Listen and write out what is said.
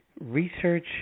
research